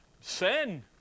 Sin